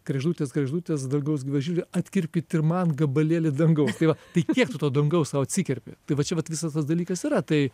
kregždutės kregždutės dangaus gyvos žirklė atkirpkit ir man gabalėlį dangaus tai va tai kiek tu to dangaus sau atsikerpi tai va čia vat visas tas dalykas yra tai